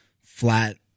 flat